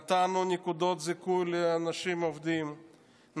נתנו נקודות זיכוי לאנשים עובדים,